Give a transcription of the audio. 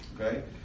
okay